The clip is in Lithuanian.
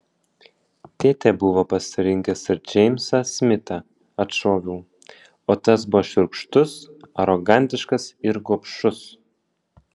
tėtė buvo pasirinkęs ir džeimsą smitą atšoviau o tas buvo šiurkštus arogantiškas ir gobšus